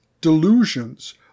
delusions